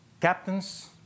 captains